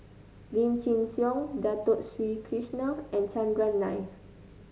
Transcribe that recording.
Lim Chin Siong Dato Sri Krishna and Chandran Nair